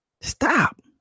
Stop